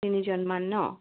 তিনিজনমান ন